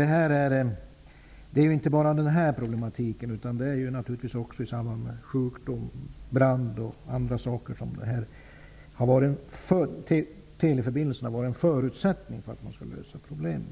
Det här är ju inte de enda problem som uppstår, utan också i samband med sjukdom, brand och liknande har teleförbindelserna varit en förutsättning för att man skall kunna lösa problemen.